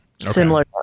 Similar